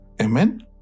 Amen